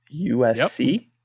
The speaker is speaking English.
USC